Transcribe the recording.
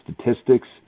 statistics